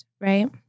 right